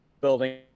building